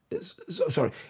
sorry